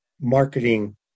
marketing